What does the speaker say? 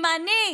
אם אני,